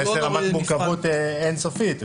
להיכנס לרמת מורכבות אין סופית.